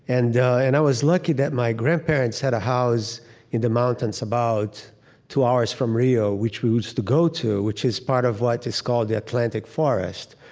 and and i was lucky that my grandparents had a house in the mountains about two hours from rio, which we used to go to, which is part of what is called the atlantic forest,